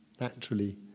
naturally